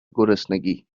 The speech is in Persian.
گرسنگی